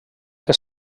que